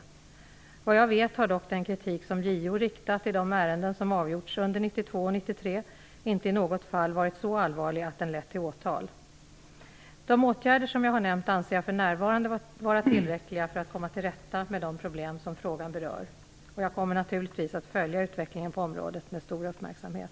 Såvitt jag vet har dock den kritik som JO framfört i de ärenden som avgjorts under 1992 och 1993 inte i något fall varit så allvarlig att den lett till åtal. De åtgärder som jag nu har nämnt anser jag för närvarande vara tillräckliga för att komma till rätta med de problem som frågan berör. Jag kommer naturligtvis att följa utvecklingen på detta område med stor uppmärksamhet.